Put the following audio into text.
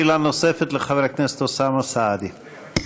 שאלה נוספת לחבר הכנסת אוסאמה סעדי.